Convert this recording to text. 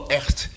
echt